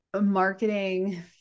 marketing